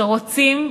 שרוצים,